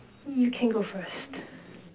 you can go first